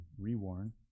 re-worn